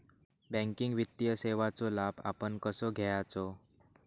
Banking वित्तीय सेवाचो लाभ आपण कसो घेयाचो?